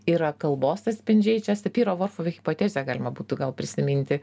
yra kalbos atspindžiai čia sapyro vofovo hipotezę galima būtų gal prisiminti